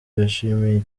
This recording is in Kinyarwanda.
yashimiye